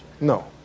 No